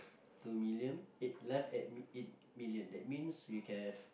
two million eight left e~ eight million that means we can have